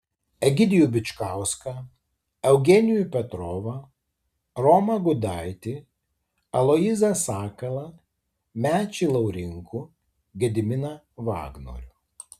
egidijų bičkauską eugenijų petrovą romą gudaitį aloyzą sakalą mečį laurinkų gediminą vagnorių